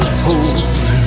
hold